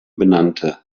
benannte